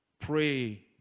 Pray